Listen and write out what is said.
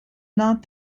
not